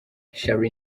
charly